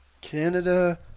Canada